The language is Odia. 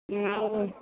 ଆଉ